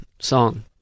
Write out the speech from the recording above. Song